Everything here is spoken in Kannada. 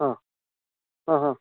ಹಾಂ ಹಾಂ ಹಾಂ